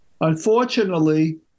Unfortunately